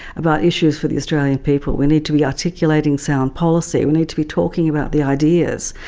about issues for the australian people. we need to be articulating sound policy, we need to be talking about the ideas,